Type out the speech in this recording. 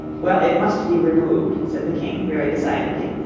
well, it must be removed said the king very decidedly,